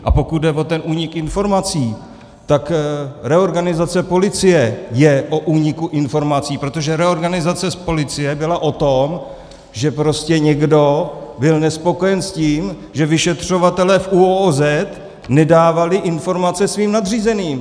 A pokud jde o ten únik informací, tak reorganizace policie je o úniku informací, protože reorganizace policie byla o tom, že někdo byl nespokojen s tím, že vyšetřovatelé ÚOOZ nedávali informace svým nadřízeným.